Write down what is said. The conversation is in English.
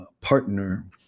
partner